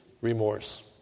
remorse